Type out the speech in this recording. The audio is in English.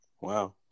wow